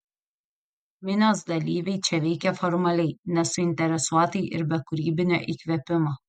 minios dalyviai čia veikė formaliai nesuinteresuotai ir be kūrybinio įkvėpimo